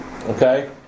Okay